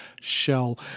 shell